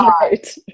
Right